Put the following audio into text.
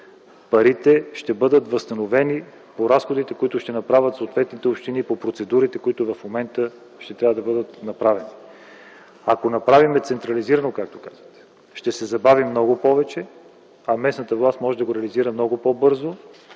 парите ще бъдат възстановени по разходите, които ще направят съответните общини във връзка с процедурите, които в момента ще трябва да бъдат направени. Ако направим нещата централизирано, както казвате, ще се забавим много повече, а местната власт може да го реализира много по-бързо.